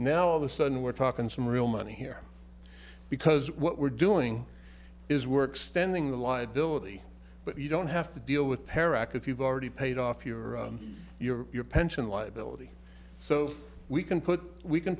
now all the sudden we're talking some real money here because what we're doing is work standing the liability but you don't have to deal with pear act if you've already paid off your your pension liability so we can put we can